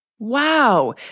Wow